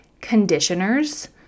conditioners